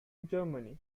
germany